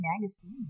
Magazine